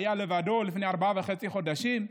שהיה לבדו לפני ארבעה וחצי חודשים,